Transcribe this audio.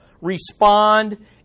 respond